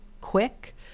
quick